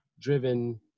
driven